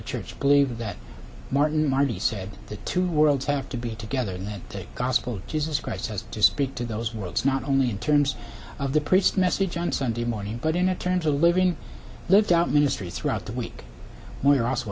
church believe that martin marty said the two worlds have to be together and that takes gospel jesus christ has to speak to those worlds not only in terms of the priest message on sunday morning but in a turn to living lived out ministry throughout the week where i also